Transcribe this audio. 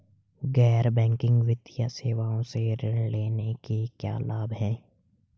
गैर बैंकिंग वित्तीय सेवाओं से ऋण लेने के क्या लाभ हैं?